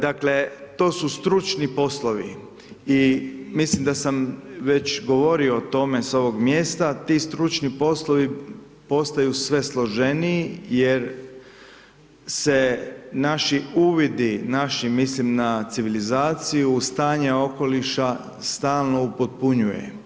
Dakle, to su stručni poslovi i mislim da sam već govorio o tome s ovog mjesta, ti stručni poslovi postaju sve složeniji jer se naši uvidi, naši, mislim na civilizaciju, stanje okoliša, stalno upotpunjuje.